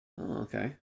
Okay